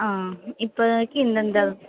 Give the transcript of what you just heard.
ஆ இப்போதைக்கு இந்தந்த